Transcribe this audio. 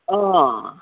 অ